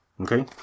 Okay